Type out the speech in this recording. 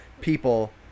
people